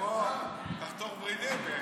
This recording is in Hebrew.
תחתוך ורידים.